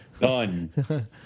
Done